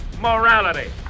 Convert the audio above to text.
morality